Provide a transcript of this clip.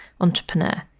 entrepreneur